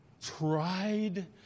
tried